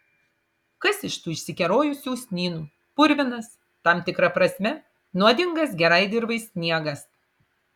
kas iš tų išsikerojusių usnynų purvinas tam tikra prasme nuodingas gerai dirvai sniegas